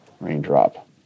Raindrop